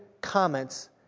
comments